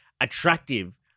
attractive